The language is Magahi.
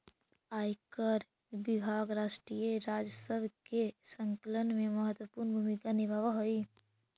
आयकर विभाग राष्ट्रीय राजस्व के संकलन में महत्वपूर्ण भूमिका निभावऽ हई